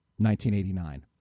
1989